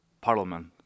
parliament